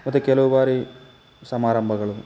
ಮತ್ತು ಕೆಲವು ಬಾರಿ ಸಮಾರಂಭಗಳು